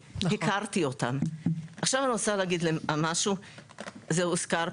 הרעיון להציע לבן אדם בן 18 את האפשרות לשמר את